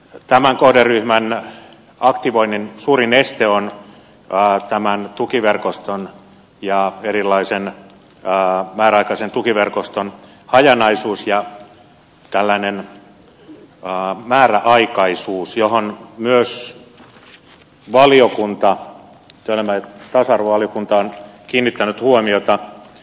tämän kohderyhmän aktivoinnin suurin este on tämän tukiverkoston ja erilaisen määräaikaisen tukiverkoston hajanaisuus ja tällainen määräaikaisuus johon myös työelämä ja tasa arvovaliokunta on kiinnittänyt huomiota